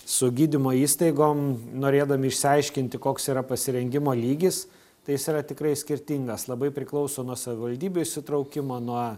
su gydymo įstaigom norėdami išsiaiškinti koks yra pasirengimo lygis tai jis yra tikrai skirtingas labai priklauso nuo savivaldybių įsitraukimo nuo